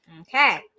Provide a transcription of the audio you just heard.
Okay